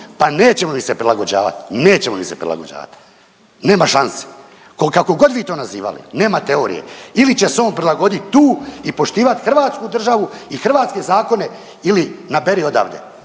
pa nećemo im se prilagođavat. Nećemo im se prilagođavat. Nema šanse ko kako god vi to nazivali, nema teorije ili će se on prilagodit tu i poštivat hrvatsku državu i hrvatske zakone ili naperi odavde.